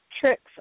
tricks